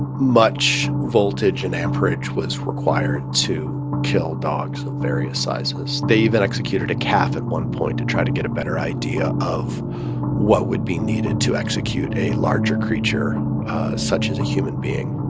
much voltage and amperage was required to kill dogs of various sizes. they even executed a calf at one point to try to get a better idea of what would be needed to execute a larger creature such as a human being